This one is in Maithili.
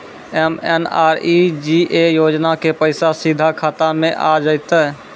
एम.एन.आर.ई.जी.ए योजना के पैसा सीधा खाता मे आ जाते?